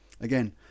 Again